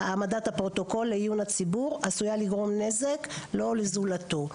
הפרוטוקול לעיון הציבור עשויה לגרום נזק לו או לזולתו.